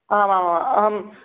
आमामा अहं